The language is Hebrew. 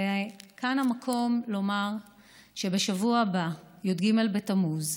וכאן המקום לומר שבשבוע הבא, י"ג בתמוז,